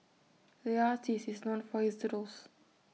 the artist is known for his doodles